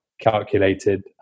calculated